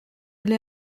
l’ai